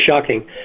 shocking